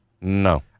No